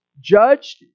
judged